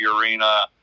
Arena